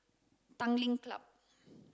Tanglin Club